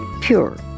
pure